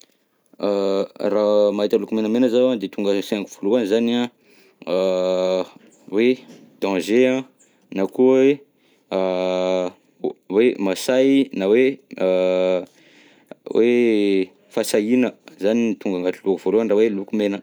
Raha mahita loko menamena zaho de tonga ansainako voalohany zany an, hoe danger an, na koa hoe hoe mahasahy na hoe hoe fahasahiana, zany no tonga agnatiko lohako voalohany raha hoe loko mena